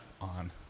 on